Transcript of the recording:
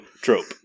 trope